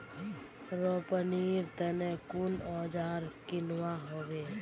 रोपनीर तने कुन औजार किनवा हबे